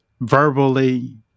verbally